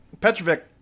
Petrovic